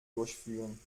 durchführen